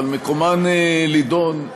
אבל מקומן להידון,